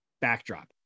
backdrop